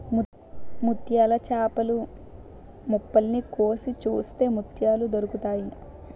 ముత్యాల చేపలు మొప్పల్ని కోసి చూస్తే ముత్యాలు దొరుకుతాయి